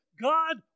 God